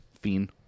fiend